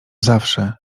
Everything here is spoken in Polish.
zawsze